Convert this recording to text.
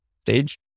stage